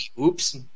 Oops